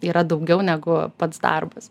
yra daugiau negu pats darbas